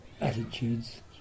attitudes